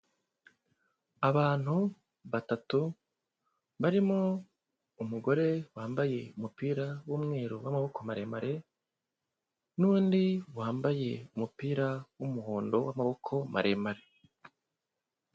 Abantu batatu barimo umugore wambaye umupira w'umweru w'amaboko maremare, n'undi wambaye umupira w'umuhondo w'amaboko maremare.